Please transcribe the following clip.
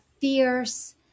fierce